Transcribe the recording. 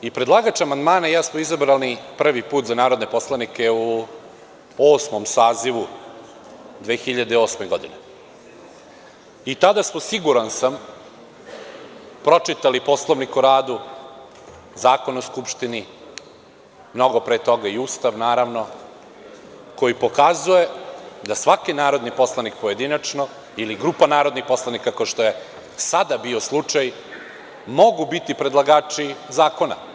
I predlagač amandmana i ja smo izabrali prvi put za narodne poslanike u Osmom sazivu 2008. godine i tada smo, siguran sam, pročitali Poslovnik o radu, Zakon o skupštini, mnogo pre toga Ustav, naravno, koji pokazuje da svaki narodni poslanik pojedinačno ili grupa narodnih poslanika, kao što je sada bio slučaj, mogu biti predlagači zakona.